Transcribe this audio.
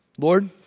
Lord